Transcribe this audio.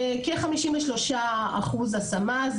כ-53% השמה.